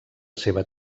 seva